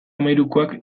hamahirukoak